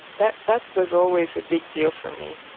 that that was always a big deal for me,